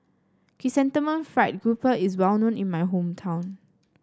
Chrysanthemum Fried Grouper is well known in my hometown